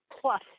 PLUS